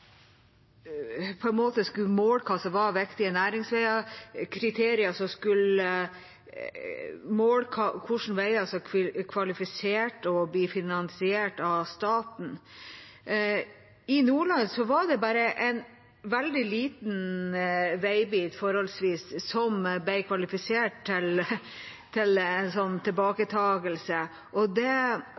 skulle måle hva som var viktige næringsveier, kriterier som skulle måle hvilke veier som var kvalifisert til å bli finansiert av staten. I Nordland var det bare en forholdsvis veldig liten veibit som ble kvalifisert til tilbaketakelse, og det var faktisk den aller nyeste og